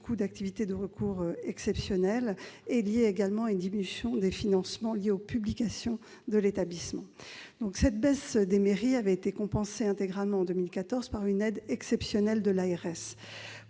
d'activités de recours exceptionnel et à une diminution des financements liés aux publications de l'établissement. La baisse des dotations MERRI avait été compensée intégralement en 2014 par une aide exceptionnelle de l'ARS.